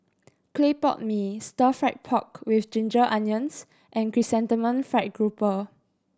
clay pot mee Stir Fried Pork With Ginger Onions and Chrysanthemum Fried Grouper